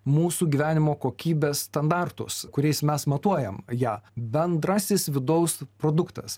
mūsų gyvenimo kokybės standartus kuriais mes matuojam ją bendrasis vidaus produktas